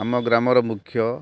ଆମ ଗ୍ରାମର ମୁଖ୍ୟ